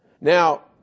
Now